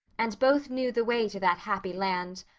and both knew the way to that happy land.